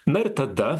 na ir tada